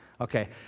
Okay